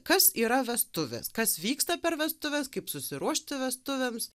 kas yra vestuvės kas vyksta per vestuves kaip susiruošti vestuvėms